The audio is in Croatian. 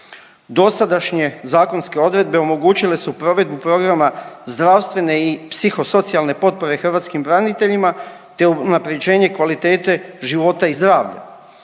Dosadašnje zakonske odredbe omogućile su provedbu programa zdravstvene i psihosocijalne potpore hrvatskim braniteljima, te unaprjeđenje kvalitete života i zdravlja.